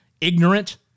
ignorant